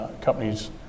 Companies